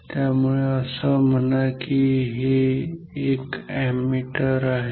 त्यामुळे असं म्हणा की हे एक अॅमीटर आहे